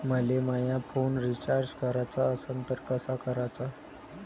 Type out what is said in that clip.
मले माया phone recharge कराचा असन तर कसा कराचा?